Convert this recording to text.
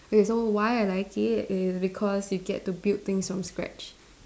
okay so why I like it is because you get to build things from scratch